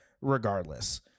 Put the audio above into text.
regardless